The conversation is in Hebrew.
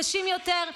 קשים יותר,